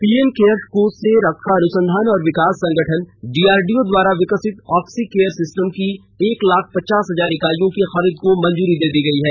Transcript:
PM cares कोष से रक्षा अनुसंधान और विकास संगठन डीआरडीओ द्वारा विकसित ऑक्सीकेयर सिस्टम की एक लाख पचास हजार इकाइयों की खरीद को मंजूरी दी गई है